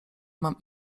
mam